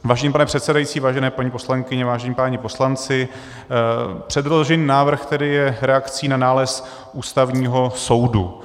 Vážený pane předsedající, vážené paní poslankyně, vážení páni poslanci, předložený návrh tedy je reakcí na nález Ústavního soudu.